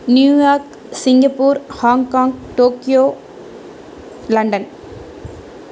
New York Singapore Hong Kong Tokyo London